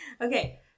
okay